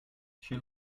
she